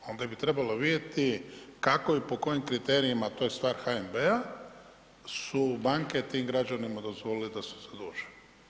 Onda bi trebalo vidjeti kako i po kojim kriterijima, to je stvar HNB-a su banke tim građanima dozvolite da se zaduže.